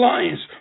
Lions